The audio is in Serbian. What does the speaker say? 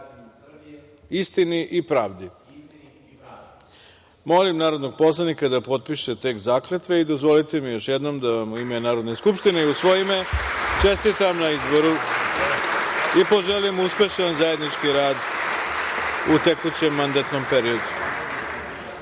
I PRAVDI".Molim narodnog poslanika da potpiše tekst zakletve. Dozvolite mi još jednom da vam, u ime Narodne skupštine i u svoje ime, čestitam na izboru i poželim uspešan zajednički rad u tekućem mandatnom periodu.